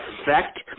effect